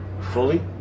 fully